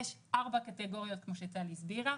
יש ארבע קטגוריות כמו שטלי הסבירה,